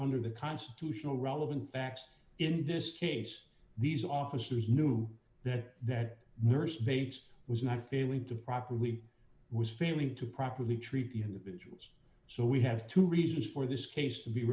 under the constitutional relevant facts in this case these officers knew that that nurse bates was not failing to properly was failing to properly treat individuals so we have two reasons for this case to be